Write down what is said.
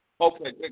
Okay